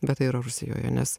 bet tai yra rusijoje nes